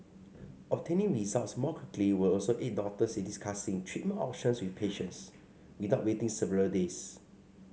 obtaining results more quickly will also aid doctors in discussing treatment options with patients without waiting several days